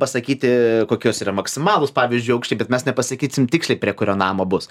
pasakyti kokios yra maksimalūs pavyzdžiui aukštį bet mes nepasakysim tiksliai prie kurio namo bus